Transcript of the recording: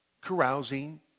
carousing